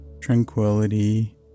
tranquility